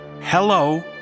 hello